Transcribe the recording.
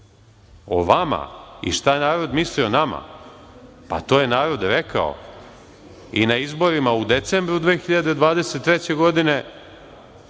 o vama i šta narod misli o nama. Pa to je narod rekao i na izborima u decembru 2023. godine,